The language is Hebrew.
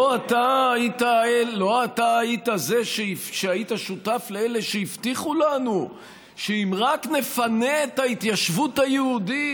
לא אתה היית שותף לאלה שהבטיחו לנו שאם רק נפנה את ההתיישבות היהודית,